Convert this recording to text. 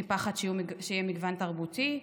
מפחד שיהיה מגוון תרבותי,